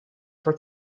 for